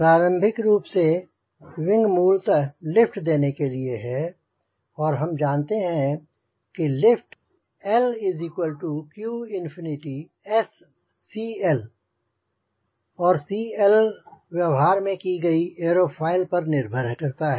प्रारंभिक रूप से विंग मूलतः लिफ्ट देने के लिए है और हम जानते हैं कि लिफ्ट Lq∞SCL और CL व्यवहार की गई एयफोइल पर निर्भर करता है